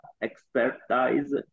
expertise